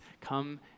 come